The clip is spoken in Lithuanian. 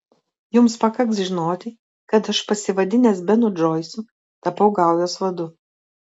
jums pakaks žinoti kad aš pasivadinęs benu džoisu tapau gaujos vadu